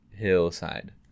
hillside